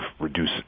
reduce